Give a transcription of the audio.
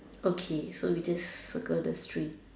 okay so we just circle the string